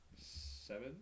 seven